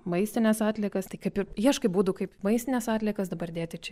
maistines atliekas tai kaip ir ieškai būdų kaip maistines atliekas dabar dėti čia